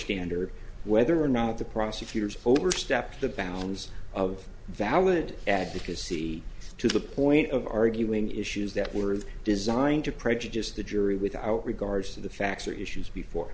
standard whether or not the prosecutors overstepped the bounds of valid advocacy to the point of arguing issues that were designed to prejudice the jury without regard to the facts or issues before